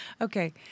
Okay